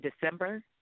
December